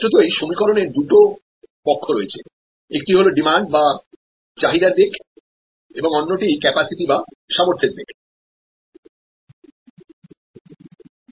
স্পষ্টতই সমীকরণের দুটি পক্ষ রয়েছে একটি হল চাহিদার দিক এবং অন্যটি ক্যাপাসিটির দিক